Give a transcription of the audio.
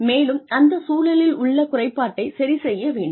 மேலும் அந்த சூழலில் உள்ள குறைபாட்டைச் சரி செய்ய வேண்டும்